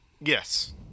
Yes